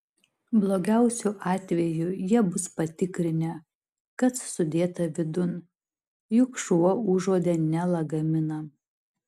blogiausiu atveju jie bus patikrinę kas sudėta vidun juk šuo užuodė ne lagaminą